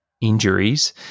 injuries